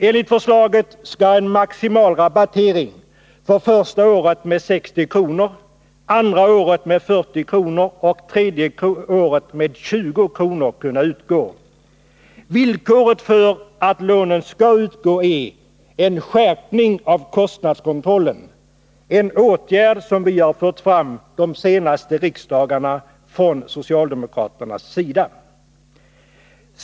Enligt förslaget skall en maximal rabattering kunna utgå första året med 60 kr., andra året med 40 kr. och tredje året med 20 kr. Villkoret för att lånen skall utgå är en skärpning av kostnadskontrollen, en åtgärd som vi socialdemokrater har föreslagit under de senaste riksdagarna.